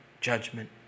judgment